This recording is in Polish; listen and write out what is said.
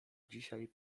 dzisiaj